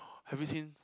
have you seen